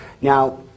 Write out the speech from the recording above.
Now